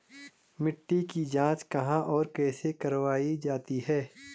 मिट्टी की जाँच कहाँ और कैसे करवायी जाती है?